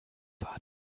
war